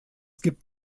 gibt